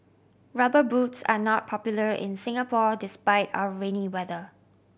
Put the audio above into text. Rubber Boots are not popular in Singapore despite our rainy weather